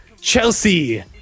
Chelsea